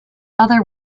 other